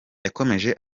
yakomeje